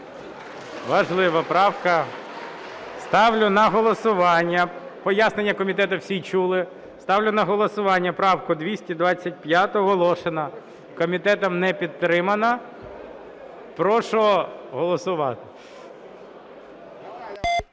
Важлива правка. Ставлю на голосування... Пояснення комітету всі чули. Ставлю на голосування правку 225 Волошина. Комітетом не підтримана. Прошу голосувати.